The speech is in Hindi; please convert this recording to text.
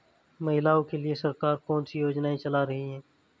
महिलाओं के लिए सरकार कौन सी योजनाएं चला रही है?